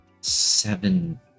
seven